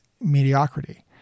mediocrity